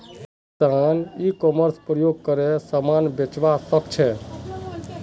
किसान e commerce प्रयोग करे समान बेचवा सकछे